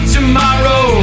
Tomorrow